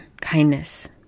kindness